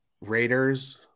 Raiders